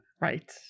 Right